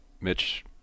Mitch